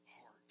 heart